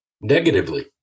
Negatively